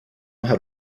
had